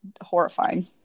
horrifying